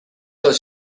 does